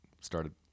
started